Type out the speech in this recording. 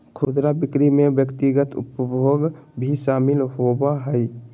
खुदरा बिक्री में व्यक्तिगत उपभोग भी शामिल होबा हइ